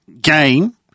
game